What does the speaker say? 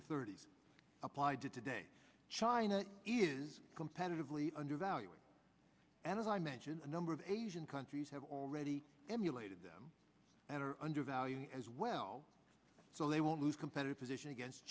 the thirty's applied to today china is competitively undervalued and as i mentioned a number of asian countries have already emulated them that are undervalued as well so they won't lose competitive position against